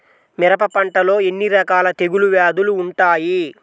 మిరప పంటలో ఎన్ని రకాల తెగులు వ్యాధులు వుంటాయి?